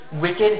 wicked